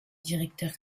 directeur